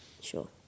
Sure